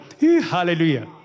Hallelujah